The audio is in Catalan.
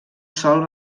sol